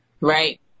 Right